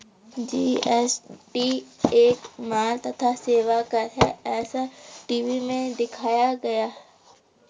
GST एक माल तथा सेवा कर है ऐसा टी.वी में दिखाया गया